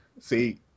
See